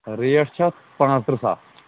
rate چھِ اَتھ پانٛژھ تٕرٛہ ساس